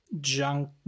junk